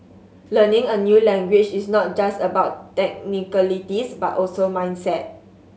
learning a new language is not just about technicalities but also mindset